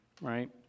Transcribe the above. right